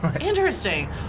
Interesting